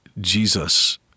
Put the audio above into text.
Jesus